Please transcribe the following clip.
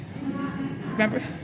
Remember